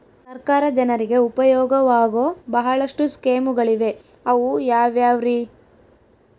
ಸರ್ಕಾರ ಜನರಿಗೆ ಉಪಯೋಗವಾಗೋ ಬಹಳಷ್ಟು ಸ್ಕೇಮುಗಳಿವೆ ಅವು ಯಾವ್ಯಾವ್ರಿ?